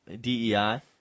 DEI